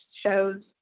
shows